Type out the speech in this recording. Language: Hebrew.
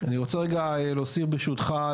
אני רוצה רגע להוסיף ברשותך,